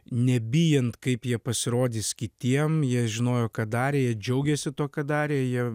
nebijant kaip jie pasirodys kitiem jie žinojo ką darė džiaugėsi tuo ką darė jie